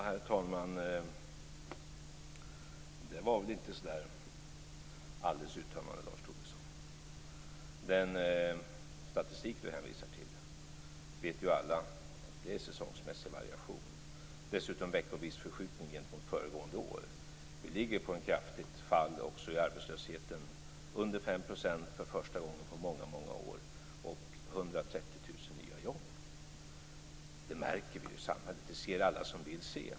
Herr talman! Det var väl inte så där alldeles uttömmande, Lars Tobisson. Den statistik Lars Tobisson hänvisar till är säsongmässig variation, det vet alla. Dessutom är det veckovis förskjutning gentemot föregående år. Vi ligger på ett kraftigt fall för arbetslösheten, under 5 % för första gången på många år, och vi har 130 000 nya jobb. Det märker vi i samhället. Det ser alla som vill se.